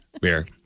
Beer